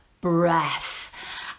breath